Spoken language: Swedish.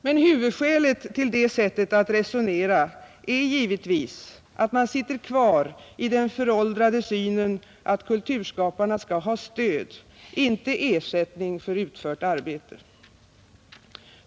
Men huvudskälet till det sättet att resonera är givetvis att man sitter kvar i den föråldrade synen att kulturskaparna skall ha stöd, inte ersättning för utfört arbete.